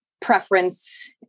preference